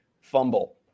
Fumble